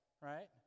right